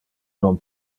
non